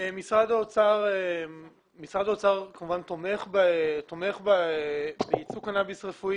משרד האוצר כמובן תומך ביצוא קנאביס רפואי